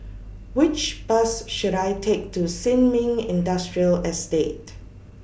Which Bus should I Take to Sin Ming Industrial Estate